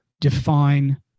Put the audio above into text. define